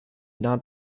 not